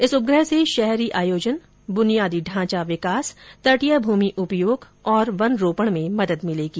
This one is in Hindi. इस उपग्रह से शहरी आयोजन बुनिया ढांचा विकास तटीय भूमि उपयोग और वन रोपण में मदद मिलेगी